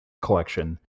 collection